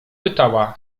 pytała